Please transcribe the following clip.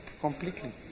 completely